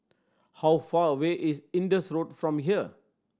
how far away is Indus Road from here